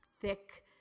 thick